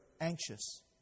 anxious